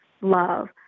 love